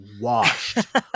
washed